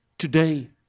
Today